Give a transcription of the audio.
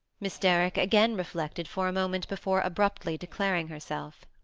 miss derrick again reflected for a moment before abruptly declaring herself.